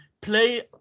play